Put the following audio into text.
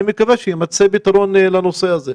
אני מקווה שיימצא פתרון לנושא הזה.